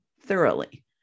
thoroughly